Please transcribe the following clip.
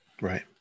Right